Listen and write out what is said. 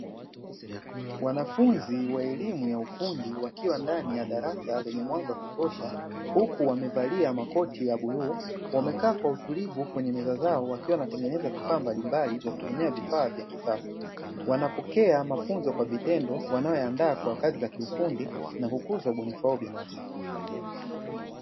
Wanafunzi wa elimu ya ufundi wakiwa ndani ya darasa lenye mwanga wa kutosha. Huku wamevalia makoti ya bluu. Wamekaa kwa utulivu kwenye meza zao wakiwa wanatengeneza vifaa mbalimbali kwa kutumia vifaa vya kisasa. Wanapokea mafunzo kwa vitendo wanayo yaandaa kwa kazi za kiufundi na kukuza ubunifu wao binafsi.